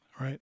right